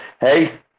Hey